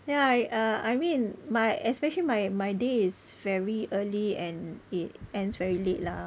ya I uh I mean my especially my my day is very early and it ends very late lah